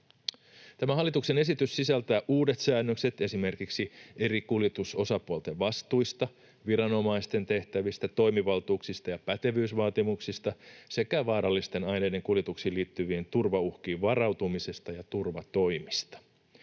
hallituksen esitys sisältää uudet säännökset esimerkiksi eri kuljetusosapuolten vastuista, viranomaisten tehtävistä, toimivaltuuksista ja pätevyysvaatimuksista sekä vaarallisten aineiden kuljetuksiin liittyviin turvauhkiin varautumisesta ja turvatoimista.